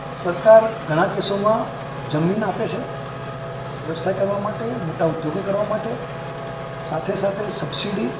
સરકાર ઘણા કેસોમાં જમીન આપે છે વ્યવસાય કરવા માટે મોટા ઉદ્યોગો કરવા માટે સાથે સાથે સબસિડી